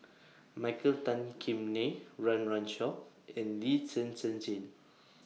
Michael Tan Kim Nei Run Run Shaw and Lee Zhen Zhen Jane